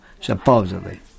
supposedly